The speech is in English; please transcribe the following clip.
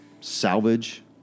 salvage